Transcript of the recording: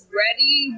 ready